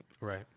Right